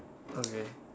okay